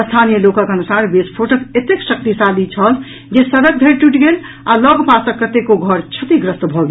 स्थानीय लोकक अनुसार विस्फोटक एतेक शक्तिशाली छल जे सड़क धरि टूटि गेल आ लऽग पासक कतेको घर क्षतिग्रस्त भऽ गेल